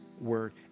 word